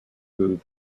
booth